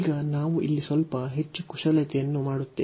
ಈಗ ನಾವು ಇಲ್ಲಿ ಸ್ವಲ್ಪ ಹೆಚ್ಚು ಕುಶಲತೆಯನ್ನು ಮಾಡುತ್ತೇವೆ